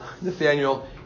Nathaniel